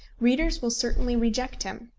readers will certainly reject him.